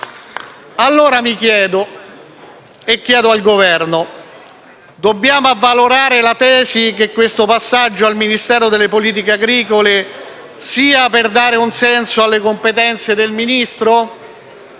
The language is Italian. Allora mi chiedo e chiedo al Governo: dobbiamo avvalorare la tesi che questo passaggio al Ministero delle politiche agricole sia per dare un senso alle competenze del Ministro?